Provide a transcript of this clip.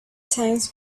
times